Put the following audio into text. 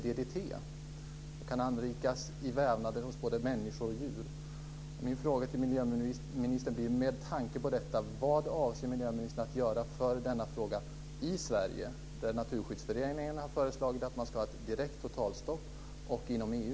De kan anrikas i vävnader hos både människor och djur. Sverige - där Naturskyddsföreningen har föreslagit ett totalstopp - och inom EU?